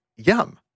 Yum